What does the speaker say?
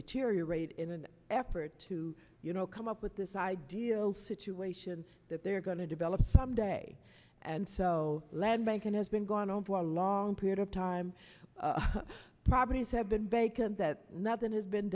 deteriorate in an effort to you know come up with this ideal situation that they're going to develop some day and so land bank and has been going on for a long period of time properties have been vacant that nothing has been